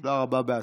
תודה רבה.